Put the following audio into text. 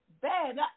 Bad